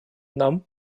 нам